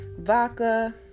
vodka